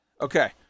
okay